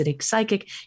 Psychic